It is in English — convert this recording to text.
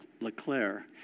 LeClaire